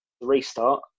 restart